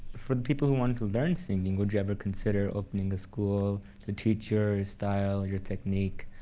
for the people who want to learn singing, would you ever consider opening a school to teach your style, your technique,